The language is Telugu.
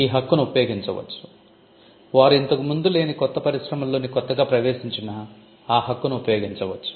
ఈ హక్కును ఉపయోగించవచ్చు వారు ఇంతకు ముందు లేని కొత్త పరిశ్రమలలోకి కొత్తగా ప్రవేశించినా ఆ హక్కును ఉపయోగించవచ్చు